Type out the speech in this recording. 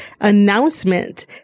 announcement